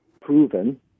proven